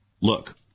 Look